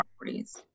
properties